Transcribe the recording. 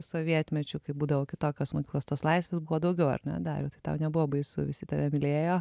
sovietmečiu kai būdavo kitokios mokyklos tos laisvės buvo daugiau ar ne dariau tai tau nebuvo baisu visi tave mylėjo